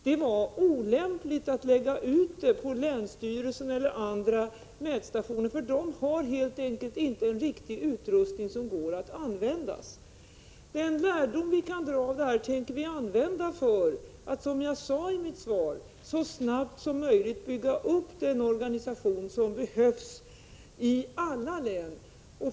Det var olämpligt att lägga ut uppgifter på länsstyrelser eller olika mätstationer, för de har helt enkelt inte riktig utrustning som går att använda. Den lärdom vi kan dra av detta tänker vi använda för att, som jag sade i mitt svar, så snart som möjligt bygga upp den organisation som behövs i alla län.